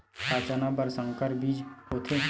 का चना बर संकर बीज होथे?